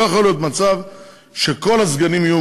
לא יכול להיות מצב שכל הסגנים יהיו